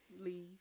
Leave